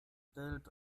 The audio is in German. stellt